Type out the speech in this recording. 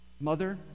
mother